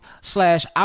slash